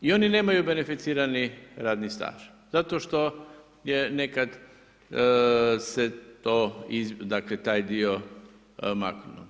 I oni nemaju beneficirani radni staž zato što je nekad se to, dakle taj dio maknuo.